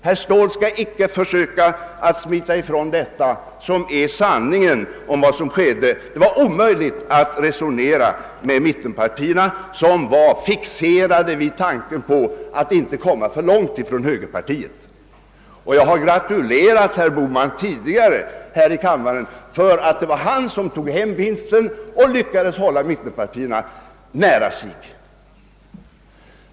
Herr Ståhl skall inte försöka att smita ifrån sanningen om vad som skedde. Det var omöjligt att resonera med mittenpartierna som var fixerade vid tanken på att inte avlägsna sig för långt från högerpartiet. Jag har tidigare här i kammaren gratulerat herr Bohman, därför att det var han som tog hem vinsten genom att lyckas hålla mittenpartierna nära högern.